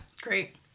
Great